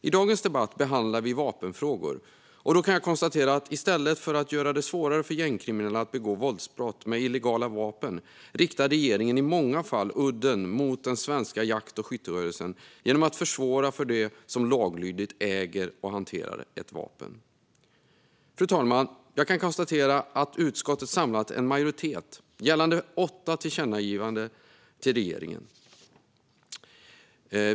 I dagens debatt behandlar vi vapenfrågor, och då kan jag konstatera att i stället för att göra det svårare for gängkriminella att begå våldsbrott med illegala vapen riktar regeringen i många fall udden mot den svenska jakt och skytterörelsen genom att försvåra för dem som laglydigt äger och hanterar ett vapen. Fru talman! Jag kan konstatera att utskottet samlat en majoritet gällande åtta tillkännagivanden till regeringen.